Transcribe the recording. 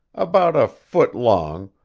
about a foot long,